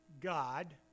God